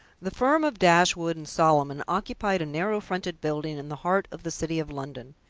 the firm of dashwood and solomon occupied a narrow-fronted building in the heart of the city of london.